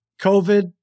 COVID